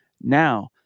now